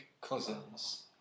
Cousins